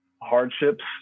hardships